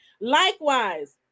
likewise